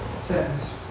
sentence